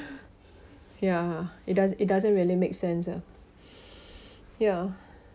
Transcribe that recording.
ya it does~ it doesn't really make sense ah ya